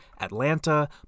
Atlanta